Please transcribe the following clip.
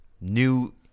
new